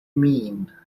mean